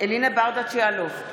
אלינה ברדץ' יאלוב,